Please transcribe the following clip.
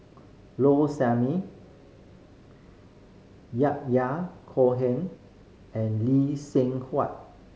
Low Sanmay Yahya Cohen and Lee Seng Huat